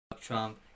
Trump